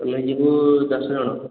ଆମେ ଯିବୁ ଦଶ ଜଣ